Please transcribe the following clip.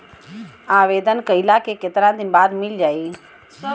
आवेदन कइला के कितना दिन बाद मिल जाई?